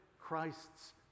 Christ's